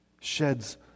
sheds